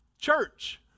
church